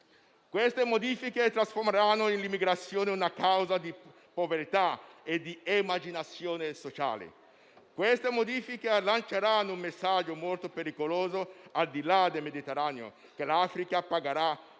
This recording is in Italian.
Queste modifiche trasformeranno l'immigrazione in una causa di povertà e di emarginazione sociale. Queste modifiche lanceranno un messaggio molto pericoloso al di là del Mediterraneo, che l'Africa pagherà